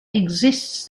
exists